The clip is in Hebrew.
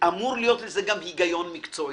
אמור להיות לזה גם היגיון מקצועי.